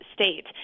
state